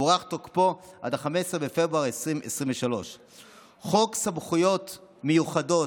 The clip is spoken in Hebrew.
הוארך תוקפו עד ל-15 בפברואר 2023. חוק סמכויות מיוחדות,